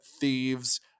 Thieves